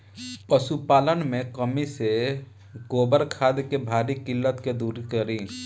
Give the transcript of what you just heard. पशुपालन मे कमी से गोबर खाद के भारी किल्लत के दुरी करी?